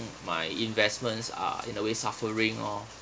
my investments are in a way suffering or